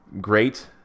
great